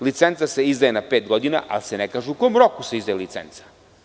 Licenca se izdaje na pet godina.“ Ali, ne kaže u kom roku se izdaje licenca.